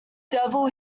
devil